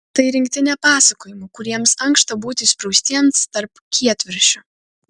tai rinktinė pasakojimų kuriems ankšta būti įspraustiems tarp kietviršių